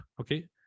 Okay